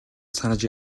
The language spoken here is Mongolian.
санаж